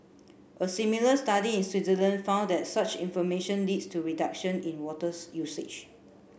a similar study in Switzerland found that such information leads to reduction in waters usage